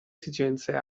esigenze